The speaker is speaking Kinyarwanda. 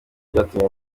byatumye